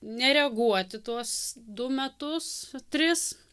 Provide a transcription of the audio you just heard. nereaguoti tuos du metus tris